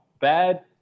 bad